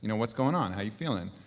you know what's going on? how you feeling?